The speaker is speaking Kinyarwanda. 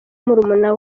murumuna